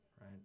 right